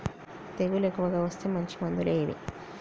తెగులు ఎక్కువగా వస్తే మంచి మందులు ఏవి?